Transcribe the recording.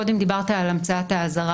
קודם דיברת על המצאת האזהרה,